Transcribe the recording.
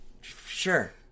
sure